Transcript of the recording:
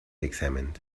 examined